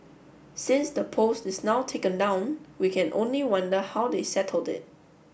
since the post is now taken down we can only wonder how they settled it